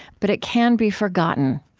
but it can be forgotten.